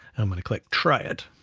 i'm gonna click try it.